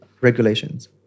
regulations